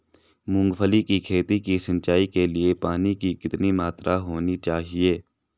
मूंगफली की खेती की सिंचाई के लिए पानी की कितनी मात्रा होनी चाहिए?